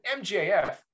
MJF